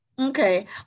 Okay